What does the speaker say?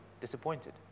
disappointed